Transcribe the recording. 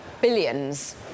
Billions